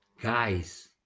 Guys